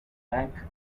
bank